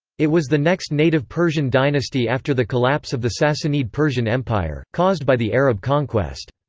it was the next native persian dynasty after the collapse of the sassanid persian empire, caused by the arab conquest.